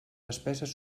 despeses